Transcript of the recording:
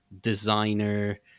designer